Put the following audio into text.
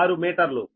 05606 మీటర్లు